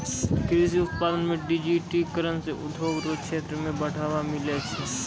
कृषि उत्पादन मे डिजिटिकरण से उद्योग रो क्षेत्र मे बढ़ावा मिलै छै